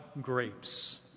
grapes